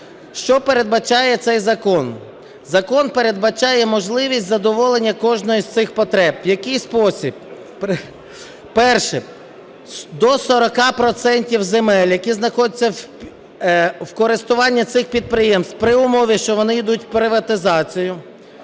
Що передбачає цей закон? Закон передбачає можливість задоволення кожної з цих потреб. В який спосіб? Перше, до 40 процентів земель, які знаходяться в користуванні цих підприємств, при умові, що вони ідуть в приватизацію,